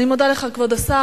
אני מודה לך, כבוד השר.